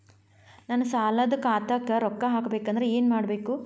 ನನ್ನ ಸಾಲದ ಖಾತಾಕ್ ರೊಕ್ಕ ಹಾಕ್ಬೇಕಂದ್ರೆ ಏನ್ ಮಾಡಬೇಕು?